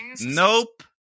Nope